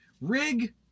Rig